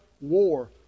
war